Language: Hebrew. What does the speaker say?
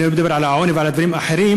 אני לא מדבר על העוני ועל הדברים האחרים.